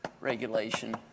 regulation